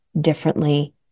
differently